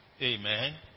Amen